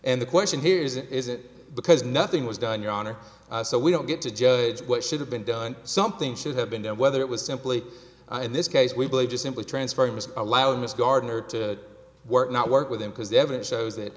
and the question here is is it because nothing was done your honor so we don't get to judge what should have been done something should have been done whether it was simply in this case we believe just simply transferring was allowing this gardener to work not work with him because the evidence shows that